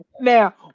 Now